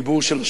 אדוני השר,